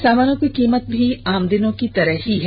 समानों की कीमत भी आम दिनों की तरह है